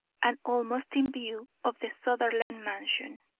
and almost in view of the sutherland mansion.